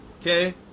Okay